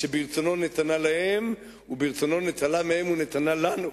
"שברצונו נתנה להם, וברצונו נטלה מהם ונתנה לנו."